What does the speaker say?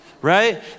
Right